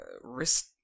Wrist